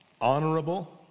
honorable